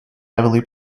heavily